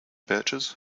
birches